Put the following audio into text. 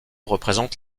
représentent